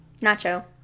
Nacho